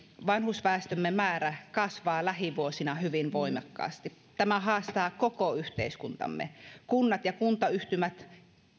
vanhusväestömme määrä kasvaa lähivuosina hyvin voimakkaasti tämä haastaa koko yhteiskuntamme kunnat ja kuntayhtymät